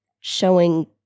showing